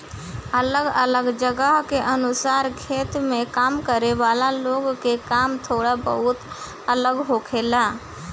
अलग अलग जगह के अनुसार खेत में काम करे वाला लोग के काम थोड़ा बहुत अलग होखेला